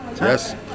yes